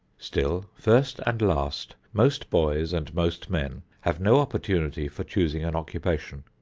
still, first and last, most boys and most men have no opportunity for choosing an occupation.